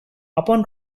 upon